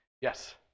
Yes